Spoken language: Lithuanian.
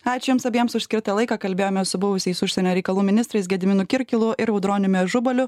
ačiū jums abiems už skirtą laiką kalbėjomės su buvusiais užsienio reikalų ministrais gediminu kirkilu ir audroniumi ažubaliu